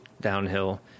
downhill